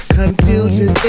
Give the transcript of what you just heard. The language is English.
confusion